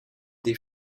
des